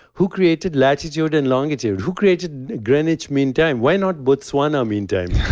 who created latitude and longitude? who created greenwich mean time? why not botswana mean time?